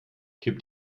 kippt